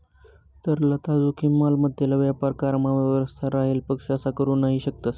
तरलता जोखीम, मालमत्तेना व्यापार करामा स्वारस्य राहेल पक्ष असा करू नही शकतस